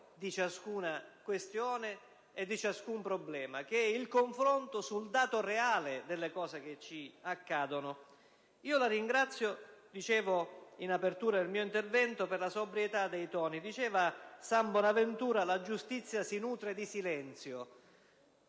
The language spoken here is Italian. di ciascuna questione e di ciascun problema, che è il confronto sul dato reale delle cose che accadono. La ringrazio Ministro - dicevo in apertura del mio intervento - per la sobrietà dei toni. Diceva San Bonaventura che la giustizia si nutre di silenzio.